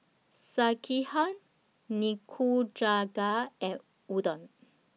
Sekihan Nikujaga and Udon